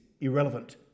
irrelevant